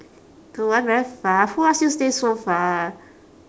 don't want very far who ask you stay so far